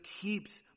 keeps